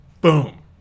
boom